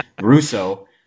Russo